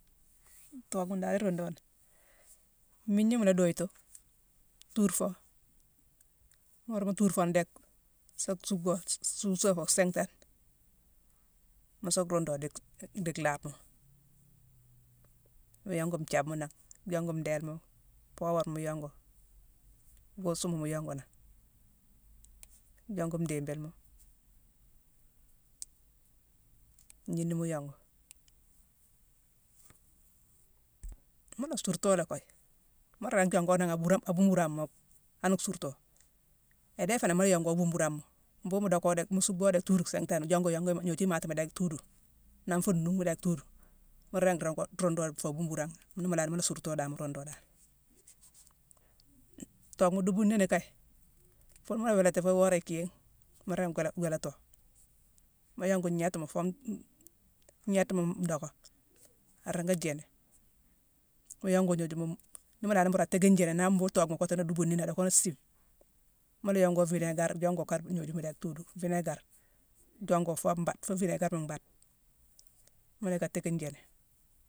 Tookhma ndari irundo ni: mmiigna mu la duyitu, tuur fo, worama mu tuur fo ni déck, sa suckbho, suusa fo singhtane mu sa rundu dic-dic-di laabma. Mu yongu nthiabma nangh, jongu ndélema, poobarma mu yongu, kuusuma mu yongu nangh, jongu ndiibilema, ngniina mu yongu. Mu la suurtoo lé kaye. Mu ringi jongo nangha-buran-abumburama, hani suurtoo. Idéé iféé nangh, mu la yongo abumburama. Mbhuugune mu docko déck-mu suckbo déck tuudu singhtane, yongo-iyongu-ignoju imatima déck tuudu. Nangh fu nughma déck tuudu. Mu ringi-ringo-rundo fa bhumburama. Ni mu laani, mu la suurto dan mu rundu dan. Tookhma duubu nini kaye, fune mu la wéélati foo iworé ithiigh, mu ringi-gwé-gwéélato. Mu yongu ngnééima foo-u-ngnéétima ndocka, aringi jiini. Mu yongu gnojuma, ni mu laani mbuuru atéékine na mbuughune tookhma mu kooti ni aduubu ni, a docka ni siime, mu la yongo viinégar, jongo-karbu-gnojuma déck tuudu, vinégar. Jongo foo mbaade, foo vinéégarma mbaade, mu yick a téckine jiini.